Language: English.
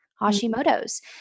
Hashimoto's